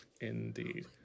Indeed